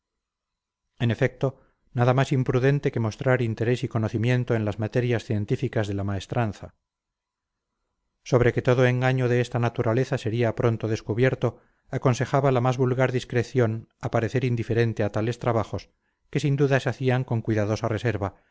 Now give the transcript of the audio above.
en efecto nada más imprudente que mostrar interés y conocimiento en las materias científicas de la maestranza sobre que todo engaño de esta naturaleza sería pronto descubierto aconsejaba la más vulgar discreción aparecer indiferente a tales trabajos que sin duda se hacían con cuidadosa reserva